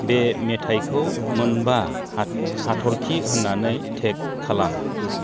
बे मेथायखौ मोनबा हाथरखि होनानै टैग खालाम